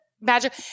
magic